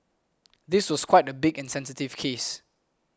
this was quite a big and sensitive case